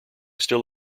still